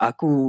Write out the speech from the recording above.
Aku